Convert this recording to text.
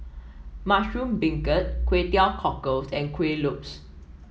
Mushroom Beancurd Kway Teow Cockles and Kuih Lopes